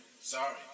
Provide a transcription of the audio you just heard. Sorry